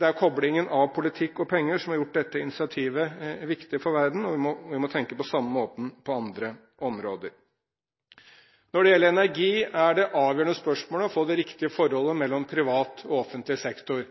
Det er koblingen av penger og politikk som har gjort dette initiativet viktig for verden, og vi må tenke på samme måten på andre områder. Når det gjelder energi, er det avgjørende spørsmålet å få det riktige forholdet